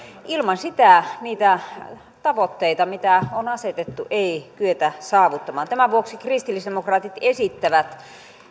ilman sitä niitä tavoitteita mitä on asetettu ei kyetä saavuttamaan tämän vuoksi kristillisdemokraatit esittävät